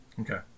Okay